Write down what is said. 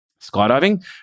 skydiving